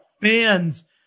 fans